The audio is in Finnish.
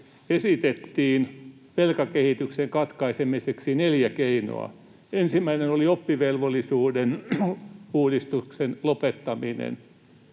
esitettiin velkakehityksen katkaisemiseksi neljä keinoa. Ensimmäinen oli oppivelvollisuusuudistuksen lopettaminen.